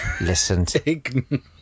listened